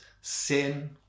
sin